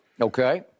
Okay